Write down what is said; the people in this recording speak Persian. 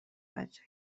بچه